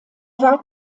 war